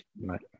Right